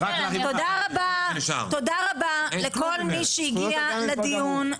תודה רבה לכל מי שהגיע לדיון.